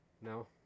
No